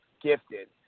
gifted